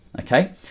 okay